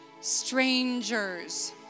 strangers